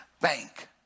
bank